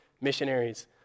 missionaries